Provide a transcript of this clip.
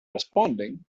responding